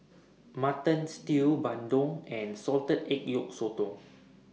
Mutton Stew Bandung and Salted Egg Yolk Sotong